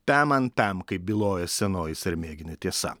pem ant pem kaip byloja senoji sermėginė tiesa